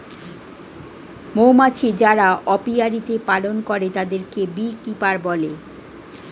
মৌমাছি যারা অপিয়ারীতে পালন করে তাদেরকে বী কিপার বলে